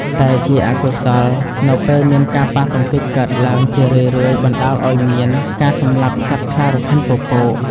តែជាអកុសល នៅពេលមានការប៉ះទង្គិចកើតឡើងជារឿយៗបណ្តាលឲ្យមាន ការសម្លាប់សត្វខ្លារខិនពពក។